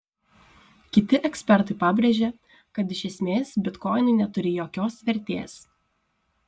kiti ekspertai pabrėžia kad iš esmės bitkoinai neturi jokios vertės